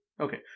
Okay